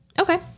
okay